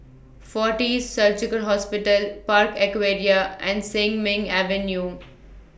Fortis Surgical Hospital Park Aquaria and Sin Ming Avenue